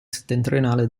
settentrionale